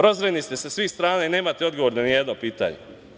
Razdvojeni ste sa svih strana i nemate odgovor ni na jedno pitanje.